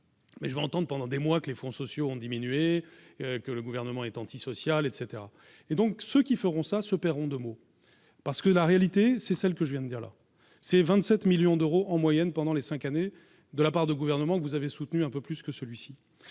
mais je vais entendent pendant des mois que les fonds sociaux ont diminué, que le gouvernement est antisocial etc et donc ce qui feront ça s'opère en 2 mots parce que la réalité, c'est celle que je viens de dire là, c'est 27 millions d'euros en moyenne pendant les 5 années de la part du gouvernement que vous avez soutenu un peu plus que celui-ci,